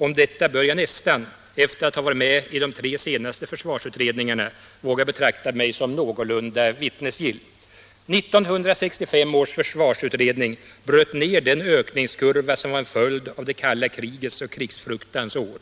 Om detta bör jag nästan, efter att ha varit med i de tre senaste försvarsutredningarna, våga betrakta mig som någorlunda vittnesgill. 1965 års försvarsutredning bröt ner den ökningskurva som var en följd av det kalla krigets och krigsfruktans år.